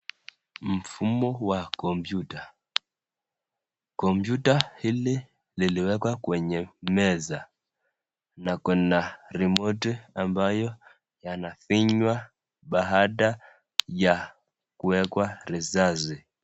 Mfumo ya kompyuta. Kompyuta hili liliwekwa kwenye meza na kuna remote ambayo yanafinywa baada ya kuekwa risasi.